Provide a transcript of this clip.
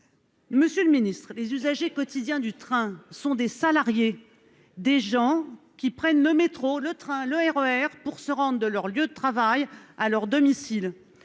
monsieur le Ministre des usagers quotidiens du train sont des salariés, des gens qui prennent le métro, le train, le RER pour se rendent de leur lieu de travail, à leur domicile